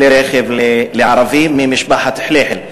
כלי רכב של ערבים ממשפחת חליחל.